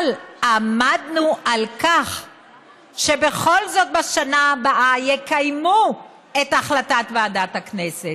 אבל עמדנו על כך שבכל זאת בשנה הבאה יקיימו את החלטת ועדת הכנסת.